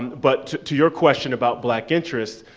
but, to your question about black interests,